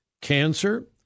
cancer